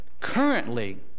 currently